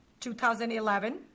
2011